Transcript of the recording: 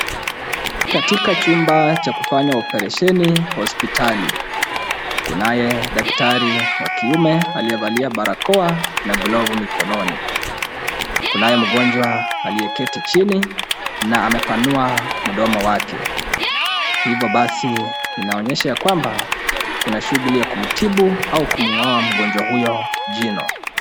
Katika chumba cha kufanya oparesheni hospitali . Kunaye daktari wa kiume aliyevalia barakoa na glavu mikononi. Kunaye mgonjwa aliyeketi chini na amepanua mdomo wake. Hivo basi inaonyesha ya kwamba kuna shughuli ya kumtibu au kumng'oa mgonjwa huyo jino.